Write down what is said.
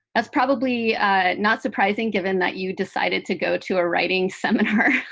that's probably not surprising, given that you decided to go to a writing seminar,